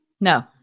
No